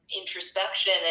introspection